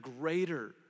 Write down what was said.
greater